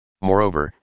Moreover